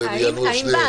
והם יענו על שתיהן.